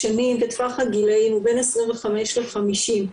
טווח הגילאים הוא בין 25 ל-50,